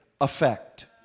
effect